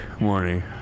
morning